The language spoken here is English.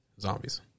zombies